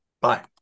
Bye